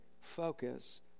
focus